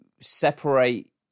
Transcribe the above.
separate